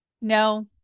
No